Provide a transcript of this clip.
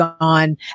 gone